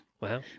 Wow